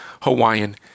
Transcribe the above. Hawaiian